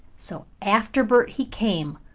so after bert he came,